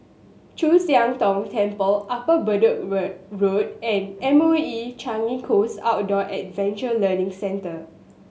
Chu Siang Tong Temple Upper Bedok Road and M O E Changi Coast Outdoor Adventure Learning Centre